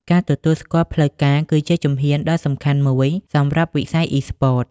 ការទទួលស្គាល់ផ្លូវការ គឺជាជំហានដ៏សំខាន់មួយសម្រាប់វិស័យអុីស្ព័ត។